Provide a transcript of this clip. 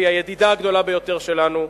והיא הידידה הגדולה ביותר שלנו,